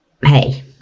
hey